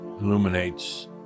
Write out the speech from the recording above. illuminates